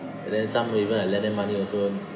and then some even I lend them money also